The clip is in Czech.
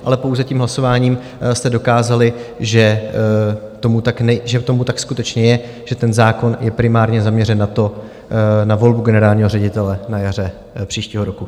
Ale pouze tím hlasováním jste dokázali, že tomu tak skutečně je, že ten zákon je primárně zaměřen na volbu generálního ředitele na jaře příštího roku.